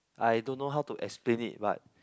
I don't know how to explain it but